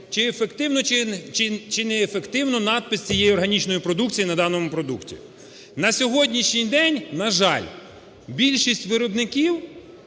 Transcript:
чи ефективно, чи неефективно надпис цієї органічної продукції на даному продукті. На сьогоднішній день, на жаль, більшість виробників